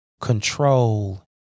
control